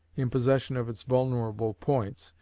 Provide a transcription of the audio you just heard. in possession of its vulnerable points,